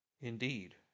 Indeed